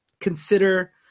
consider